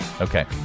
Okay